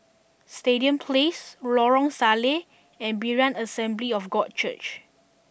Stadium Place Lorong Salleh and Berean Assembly of God Church